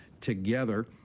TOGETHER